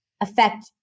affect